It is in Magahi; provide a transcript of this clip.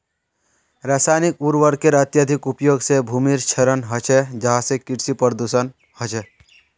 रासायनिक उर्वरकेर अत्यधिक उपयोग से भूमिर क्षरण ह छे जहासे कृषि प्रदूषण ह छे